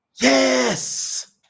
Yes